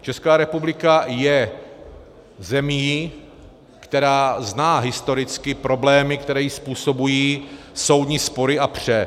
Česká republika je zemí, která zná historicky problémy, které jí způsobují soudní spory a pře.